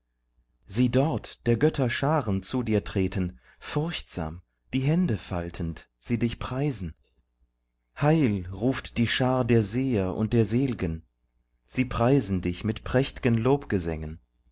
sieh dort der götter scharen zu dir treten furchtsam die hände faltend sie dich preisen heil ruft die schar der seher und der sel'gen sie preisen dich mit prächt'gen lobgesängen